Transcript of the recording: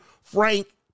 Frank